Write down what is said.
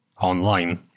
online